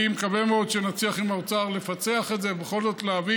אני מקווה מאוד שנצליח עם האוצר לפצח את זה ובכל זאת להביא.